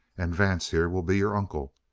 and vance, here, will be your uncle.